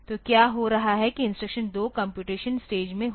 तो क्या हो रहा है कि इंस्ट्रक्शन 2 कम्प्यूटेशन स्टेज में होगा